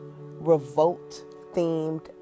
revolt-themed